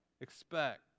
expect